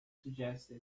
suggested